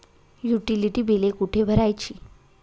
Utility बिले कुठे भरायची?